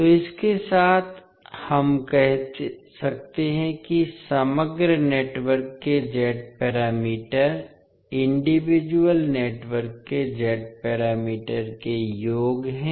तो इसके साथ हम कह सकते हैं कि समग्र नेटवर्क के z पैरामीटर इंडिविजुअल नेटवर्क के z पैरामीटर के योग हैं